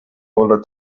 older